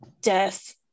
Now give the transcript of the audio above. death